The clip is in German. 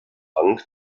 hang